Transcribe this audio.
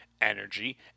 energy